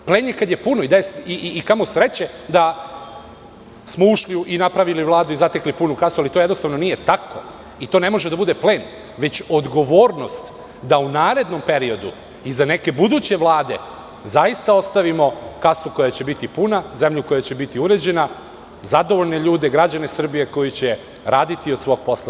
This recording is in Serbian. Plen je kada je puno i kamo sreće da smo ušli i napravili vladu i zatekli punu kasu, ali to jednostavno nije tako, i to ne može da bude plen, već odgovornost da u narednom periodu i za neke buduće vlade zaista ostavimo kasu koja će biti puna, zemlju koja će biti uređena, zadovoljne ljude, građane Srbije koji će raditi i od svog posla